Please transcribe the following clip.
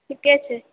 ठीके छै